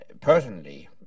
personally